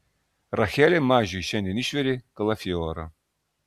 rachelė mažiui šiandien išvirė kalafiorą